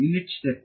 unit step